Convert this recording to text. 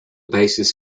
basis